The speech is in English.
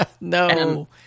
No